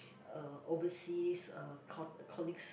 uh overseas uh co~ colleagues